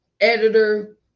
editor